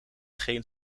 geen